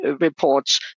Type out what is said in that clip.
reports